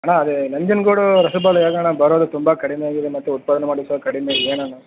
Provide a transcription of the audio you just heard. ಅಣ್ಣ ಅದೇ ನಂಜನಗೂಡು ರಸಬಾಳೆ ಹೇಗಣ್ಣ ಬರೋದು ತುಂಬಾ ಕಡಿಮೆಯಾಗಿದೆ ಮತ್ತೆ ಉತ್ಪಾದನೆ ಮಾಡೋದು ಸಹ ಕಡಿಮೆಯಾಗಿದೆ ಏನಣ್ಣ